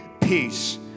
peace